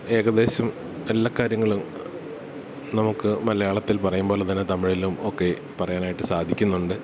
ഏകദേശം എല്ലാ കാര്യങ്ങളും നമുക്ക് മലയാളത്തിൽ പറയുമ്പോലെതന്നെ തമിഴിലും ഒക്കെ പറയാനായിട്ട് സാധിക്കുന്നുണ്ട്